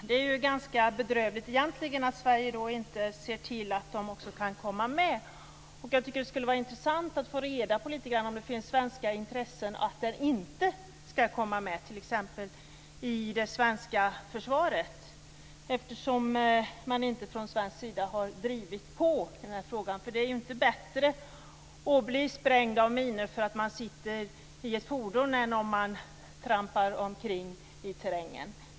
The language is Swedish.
Det är egentligen ganska bedrövligt att Sverige inte ser till att också dessa kan komma med. Det skulle vara intressant att få reda på om det finns svenska intressen av att de inte skall komma med, t.ex. i det svenska försvaret, eftersom man från svensk sida inte har drivit på i den här frågan. Det är ju inte bättre att bli sprängd av minor när man sitter i ett fordon än när man trampar omkring i terrängen.